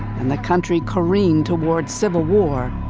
and the country careened towards civil war,